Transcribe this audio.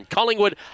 Collingwood